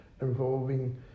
involving